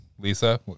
Lisa